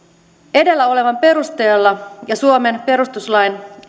edellä olevan perusteella ja suomen perustuslain